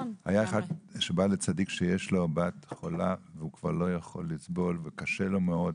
היה אחד שבא לצדיק שיש לו בת חולה והוא כבר לא יכול לסבול וקשה לו מאוד,